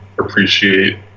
appreciate